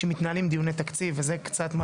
כשמתנהלים דיוני תקציב זה קצת מה